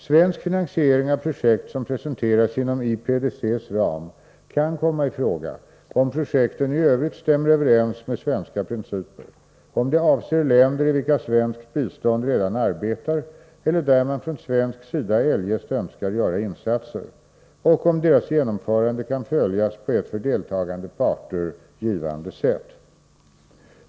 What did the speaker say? Svensk finansiering av projekt som presenteras inom IPDC:s ram kan komma i fråga om projekten i övrigt stämmer överens med svenska principer, om de avser länder i vilka svenskt bistånd redan arbetar eller där man från svensk sida eljest önskar göra insatser, och om deras genomförande kan följas på ett för deltagande parter givande sätt.